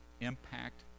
impact